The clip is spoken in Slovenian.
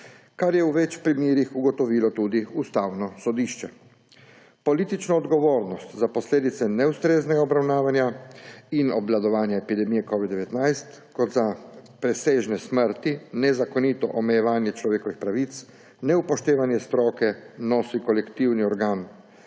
kar je v več primerih ugotovilo tudi Ustavno sodišče. Politično odgovornost za posledice neustreznega obravnavanja in obvladovanja epidemije covida-19 kot za presežne smrti, nezakonito omejevanje človekovih pravic, neupoštevanje stroke nosi kot kolektivni organ